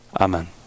Amen